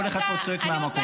כל אחד פה צועק מהמקום.